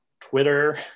Twitter